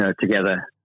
together